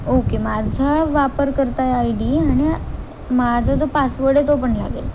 okay माझा वापरकर्ता आहे आय डी आणि माझा जो पासवर्ड आहे तो पण लागेल